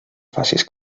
facis